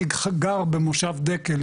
אני גר במושב דקל,